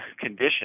condition